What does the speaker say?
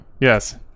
Yes